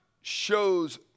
shows